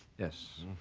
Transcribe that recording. yes.